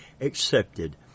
accepted